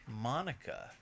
Monica